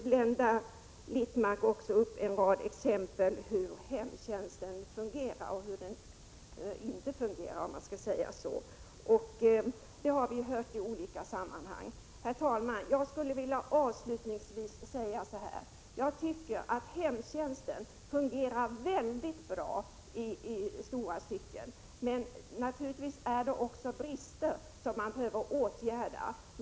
Blenda Littmarck nämner en rad exempel på hur hemtjänsten fungerar och inte fungerar. Det har vi hört i olika sammanhang. Herr talman! Jag skulle avslutningsvis vilja säga så här. Hemtjänsten fungerar väldigt bra i stora stycken. Naturligtvis finns det brister, som behöver åtgärdas.